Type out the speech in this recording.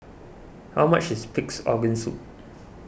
how much is Pig's Organ Soup